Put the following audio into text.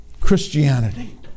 Christianity